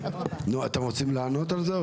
נו אתם רוצים לענות על זה?